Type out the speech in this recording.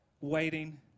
waiting